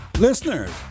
Listeners